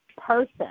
person